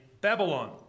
Babylon